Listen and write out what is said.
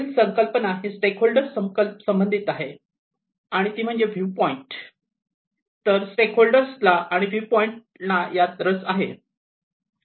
पुढील संकल्पना ही स्टेक होल्डर संबंधित आहे आणि ती म्हणजे व्यू पॉईंट तर स्टेक होल्डर्स ना आणि व्यू पॉईंट यात रस आहे